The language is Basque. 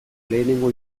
lehenengo